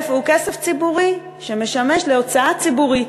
הוא כסף ציבורי שמשמש להוצאה ציבורית.